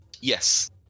Yes